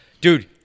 dude